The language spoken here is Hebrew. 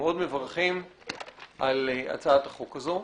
על הצעת החוק הזאת.